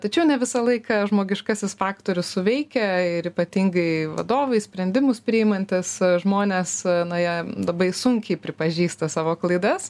tačiau ne visą laiką žmogiškasis faktorius suveikia ir ypatingai vadovai sprendimus priimantys žmonės nu jie labai sunkiai pripažįsta savo klaidas